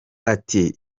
ati